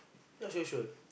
not so sure